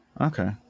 okay